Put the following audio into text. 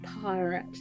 pirate